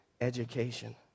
education